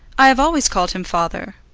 i have always called him father.